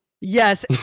Yes